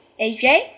AJ